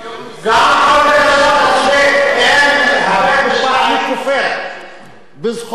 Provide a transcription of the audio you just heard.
אני כופר בזכותו של בית-המשפט ובזכותה של הכנסת